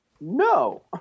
No